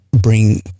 bring